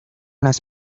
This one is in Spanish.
las